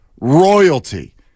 Royalty